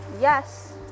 yes